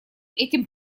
этим